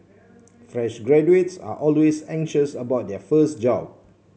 fresh graduates are always anxious about their first job